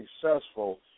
successful